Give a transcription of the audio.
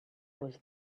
was